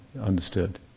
understood